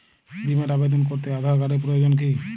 বিমার আবেদন করতে আধার কার্ডের প্রয়োজন কি?